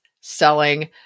selling